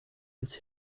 ans